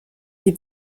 die